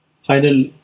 Final